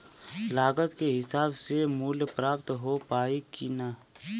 लागत के हिसाब से मूल्य प्राप्त हो पायी की ना?